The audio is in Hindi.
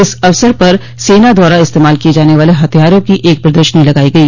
इस अवसर पर सेना द्वारा इस्तेमाल किये जाने वाले हथियारों की एक प्रदर्शनी लगाई गई